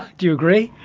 do you agree?